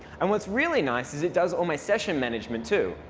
and what's really nice is it does all my session management too.